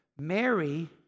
Mary